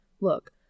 Look